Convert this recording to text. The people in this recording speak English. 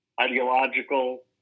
ideological